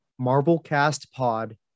MarvelCastPod